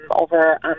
over